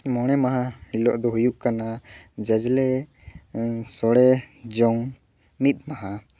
ᱢᱚᱬᱮ ᱢᱟᱦᱟ ᱦᱤᱞᱳᱜ ᱫᱚ ᱦᱩᱭᱩᱜ ᱠᱟᱱᱟ ᱡᱟᱡᱽᱞᱮ ᱢᱟᱦᱟ ᱥᱚᱲᱮ ᱡᱚᱝ ᱢᱤᱫ ᱢᱟᱦᱟ